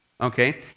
Okay